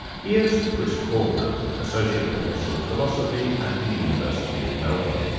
here's chris cordner, associate professor of philosophy at the university of melbourne.